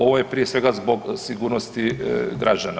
Ovo je prije svega zbog sigurnosti građana.